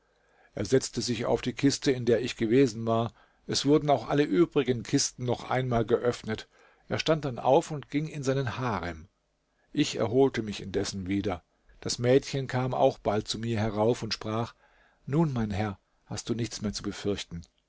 er setzte sich auf die kiste in der ich gewesen war es wurden auch alle übrigen kisten noch einmal geöffnet er stand dann auf und ging in seinen harem ich erholte mich indessen wieder das mädchen kam auch bald zu mir herauf und sprach nun mein herr hast du nichts mehr zu befürchten